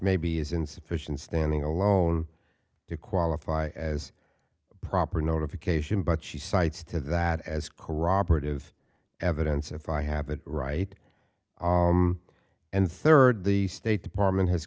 maybe is insufficient standing alone to qualify as proper notification but she cites to that as corroborative evidence if i have it right and third the state department has